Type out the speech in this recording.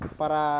para